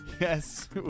Yes